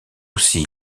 aussi